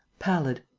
pallid,